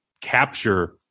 capture